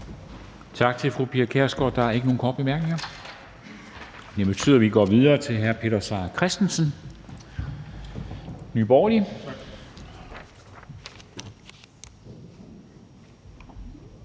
Tak til fru Pia Kjærsgaard. Der er ikke nogen korte bemærkninger, og det betyder, at vi går videre til hr. Peter Seier Christensen, Nye